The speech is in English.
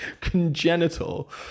Congenital